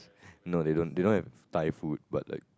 no they don't they don't have Thai food but like